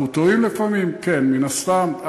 אנחנו טועים לפעמים, כן, מן הסתם.